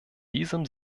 diesem